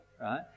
right